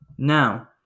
Now